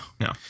No